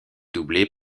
doublé